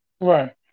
Right